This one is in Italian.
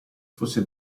fosse